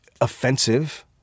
offensive